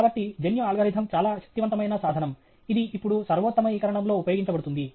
కాబట్టి జన్యు అల్గోరిథం చాలా శక్తివంతమైన సాధనం ఇది ఇప్పుడు సర్వోత్తమీకరణంలో ఉపయోగించబడింది